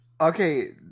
Okay